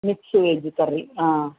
mix veg curry